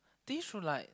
they should like